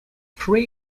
three